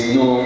no